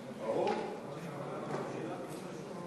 חוק הביטוח הלאומי (תיקון,